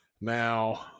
Now